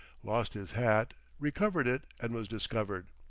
lost his hat, recovered it, and was discovered.